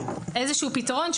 איזשהו פתרון.